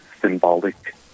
symbolic